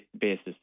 basis